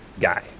Guy